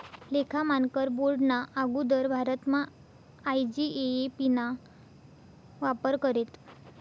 लेखा मानकर बोर्डना आगुदर भारतमा आय.जी.ए.ए.पी ना वापर करेत